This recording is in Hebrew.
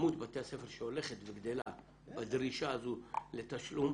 שהולכת וגדלה בדרישה הזו לתשלום